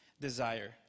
desire